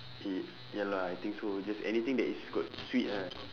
y~ ya lah I think so just anything that is got sweet ah